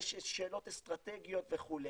יש שאלות אסטרטגיות וכו',